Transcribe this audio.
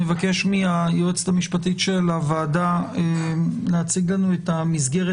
אבקש מהיועצת המשפטית של הוועדה להציג לנו את המסגרת